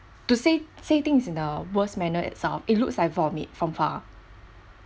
to say say things in the worst manner itself it looks like vomit from far